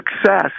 success